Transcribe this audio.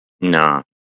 Nah